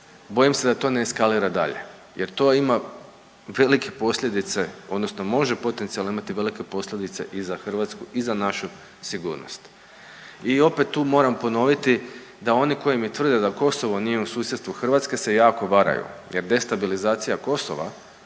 bojim se da to ne eskalira dalje jer to ima velike posljedice odnosno može potencijalno imati velike posljedice i za Hrvatsku i za našu sigurnost. I opet tu moram ponoviti da oni koji mi tvrde da Kosovo nije u susjedstvu Hrvatske se jako varaju jer destabilizacija Kosova